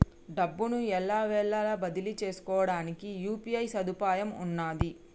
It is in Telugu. డబ్బును ఎల్లవేళలా బదిలీ చేసుకోవడానికి యూ.పీ.ఐ సదుపాయం ఉన్నది